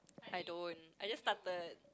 I don't I just started